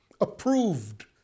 approved